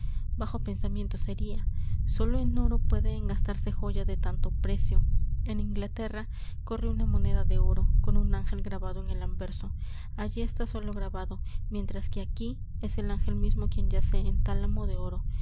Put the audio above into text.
bajo pensamiento seria sólo en oro puede engastarse joya de tanto precio en inglaterra corre una moneda de oro con un ángel grabado en el anverso allí está sólo grabado mientras que aquí es el ángel mismo quien yace en tálamo de oro